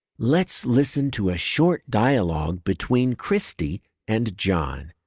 let's listen to a short dialog between kristi and john.